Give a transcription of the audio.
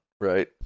right